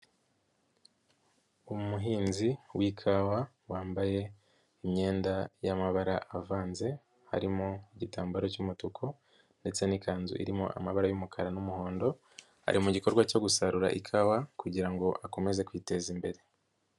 Umuhinzi w'ikawa wambaye imyenda y'amabara avanze harimo igitambaro cy'umutuku ndetse n'ikanzu irimo amabara y'umukara n'umuhondo ari mu gikorwa cyo gusarura ikawa kugira ngo akomeze kwiteza imbere.